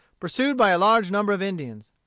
pursued by a large number of indians.